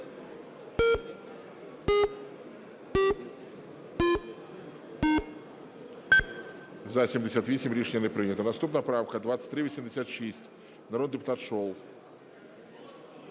За-78 Рішення не прийнято. Наступна правка - 2386, народний депутат Шол.